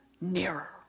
nearer